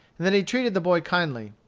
and that he treated the boy kindly.